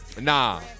Nah